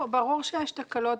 אנחנו ננסה לחדש את הקשר יותר מאוחר.